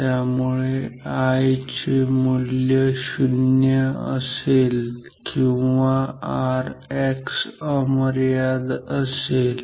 त्यामुळे I चे मूल्य 0 असेल किंवा Rx अमर्याद ∞ असेल